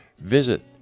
visit